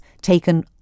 taken